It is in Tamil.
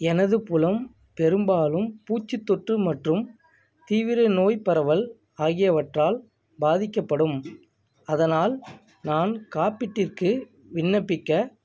எனது புலம் பெரும்பாலும் பூச்சித் தொற்று மற்றும் தீவிர நோய் பரவல் ஆகியவற்றால் பாதிக்கப்படும் அதனால் நான் காப்பீட்டிற்கு விண்ணப்பிக்க